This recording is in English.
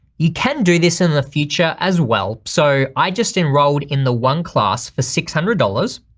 you can do this in the future as well so i just enrolled in the one class for six hundred dollars,